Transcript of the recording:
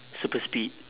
super speed